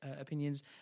opinions